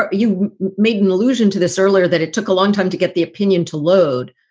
ah you made an allusion to this earlier that it took a long time to get the opinion to load.